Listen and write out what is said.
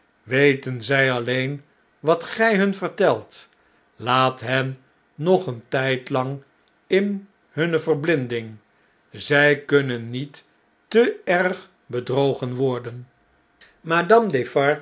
weten zij alleen wat gjj hun vertelt laat hen nog een tydlang in hunne verblinding zn kunnen niet te erg bedrogen worden